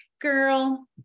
girl